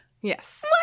Yes